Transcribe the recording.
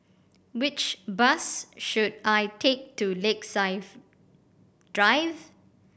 which bus should I take to Lakeside Drive